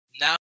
now